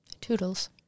Toodles